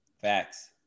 Facts